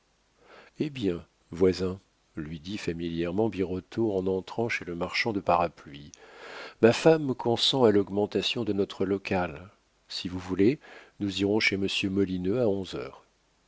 eh bien voisin lui dit familièrement birotteau en entrant chez le marchand de parapluies ma femme consent à l'augmentation de notre local si vous voulez nous irons chez monsieur molineux à onze heures